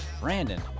Brandon